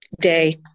day